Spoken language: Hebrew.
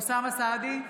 אוסאמה סעדי,